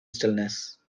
stillness